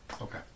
Okay